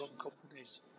companies